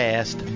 Past